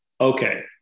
Okay